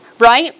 right